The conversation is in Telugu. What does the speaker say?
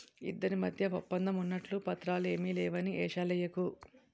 ఇద్దరి మధ్య ఒప్పందం ఉన్నట్లు పత్రాలు ఏమీ లేవని ఏషాలెయ్యకు